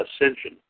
Ascension